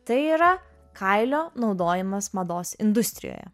tai yra kailio naudojimas mados industrijoje